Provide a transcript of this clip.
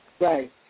right